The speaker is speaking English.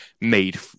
made